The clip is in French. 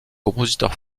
compositeur